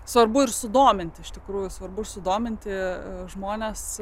svarbu ir sudominti iš tikrųjų svarbu sudominti žmones